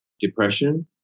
depression